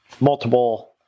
multiple